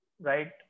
Right